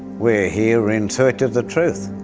we're here in search of the truth,